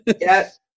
Yes